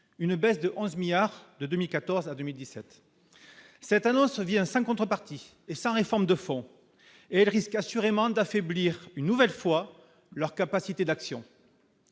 une baisse de 11 milliards de 2014 à 2017 cette annonce vient sans contrepartie et sans réforme de fond risque assurément d'affaiblir une nouvelle fois leur capacité d'action